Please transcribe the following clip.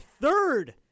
third